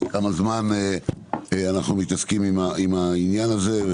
כמה זמן אנחנו מתעסקים עם העניין הזה.